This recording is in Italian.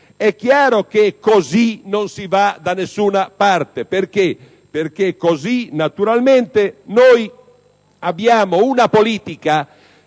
È chiaro che così non si va da nessuna parte, perché così, naturalmente, abbiamo una politica